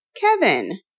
Kevin